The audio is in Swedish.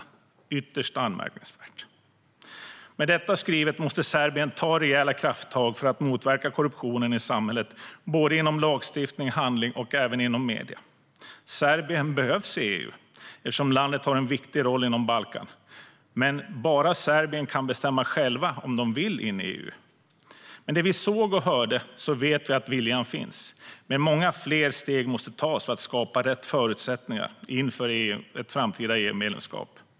Det är ytterst anmärkningsvärt. Med detta sagt måste Serbien ta rejäla krafttag för att motverka korruptionen i samhället, både inom lagstiftning, i handling och även inom medier. Serbien behövs i EU eftersom landet har en viktig roll inom Balkan. Men bara Serbien självt kan bestämma om det vill in i EU. Av det vi såg och hörde vet vi att viljan finns. Men många fler steg måste tas för att skapa rätt förutsättningar inför ett framtida EU-medlemskap.